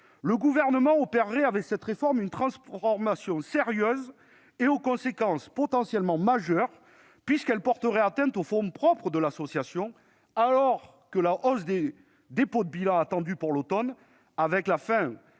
le Gouvernement opérerait une transformation sérieuse, aux conséquences potentiellement majeures, puisqu'elle porterait atteinte aux fonds propres de l'association, alors que la hausse des dépôts de bilan attendue pour l'automne, avec la fin